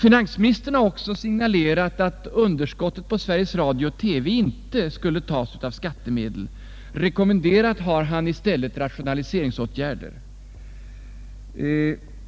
Finansministern har också signalerat att underskottet på Sveriges Radio och TV inte skulle täckas av skattemedel. Ian har i stället rekommenderat rationaliseringsåtgärder.